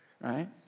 right